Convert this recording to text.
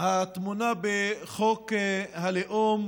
הטמונה בחוק הלאום,